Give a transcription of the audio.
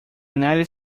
united